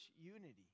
unity